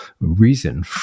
reason